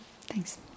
thanks